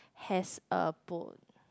has a boat